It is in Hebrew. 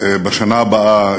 בשנה הבאה,